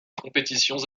compétitions